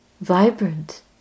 vibrant